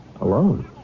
Alone